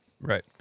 Right